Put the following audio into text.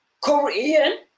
Korean